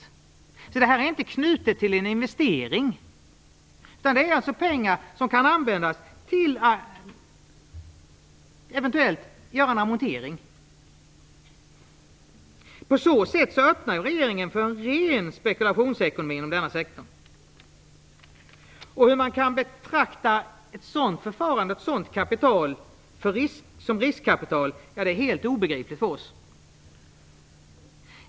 Detta är alltså inte knutet till en investering, utan det är pengar som kan användas till att eventuellt göra en amortering. På så sätt öppnar ju regeringen för en ren spekulationsekonomi inom denna sektor. Hur man kan betrakta ett sådant kapital som riskkapital är helt obegripligt för oss.